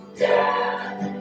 death